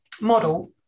model